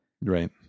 Right